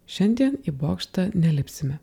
šiandien į bokštą nelipsime